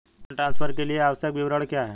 Fund transfer के लिए आवश्यक विवरण क्या हैं?